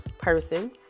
person